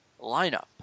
lineup